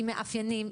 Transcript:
עם מאפיינים,